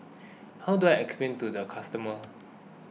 how do I explain to the customer